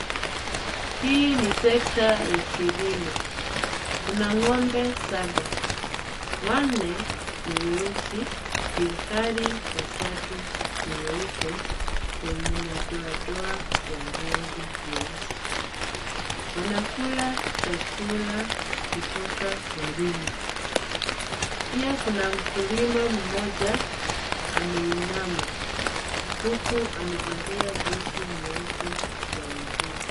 Hii ni sekta ya kilimo. Kuna ngombe saba, wanne ni weusi ilhali watatu ni weupe wenye madoa doa ya rangi nyeusi. Wanakula chakula kutoka porini. Pia kuna mkulima mmoja ameinama huku amevalia buti nyeupe za mvua.